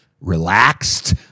relaxed